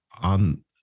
on